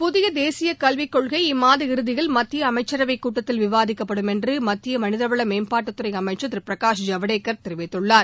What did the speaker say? புதிய தேசிய கல்விக் கொள்கை இம்மாத இறுதியில் மத்திய அமைச்சரவைக் கூட்டத்தில் விவாதிக்கப்படும் என்று மத்திய மனிதவள மேம்பாட்டுத்துறை அமைச்சர் திரு பிரகாஷ் ஜவ்டேகர் தெரிவித்துள்ளார்